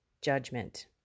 judgment